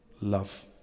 love